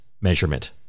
measurement